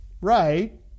right